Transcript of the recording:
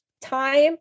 time